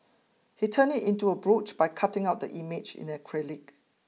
he turned it into a brooch by cutting out the image in acrylic